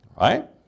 Right